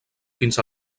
fins